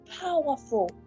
powerful